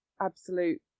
absolute